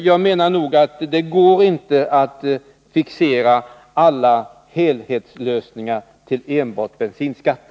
Jag menar att det inte går att fixera alla helhetslösningar till enbart bensinskatten.